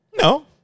No